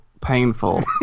painful